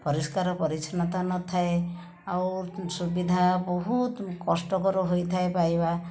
ପରିଷ୍କାର ପରିଚ୍ଛନ୍ନତା ନଥାଏ ଆଉ ସୁବିଧା ବହୁତ କଷ୍ଟକର ହୋଇଥାଏ ପାଇବା